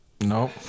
nope